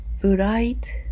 bright